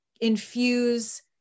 infuse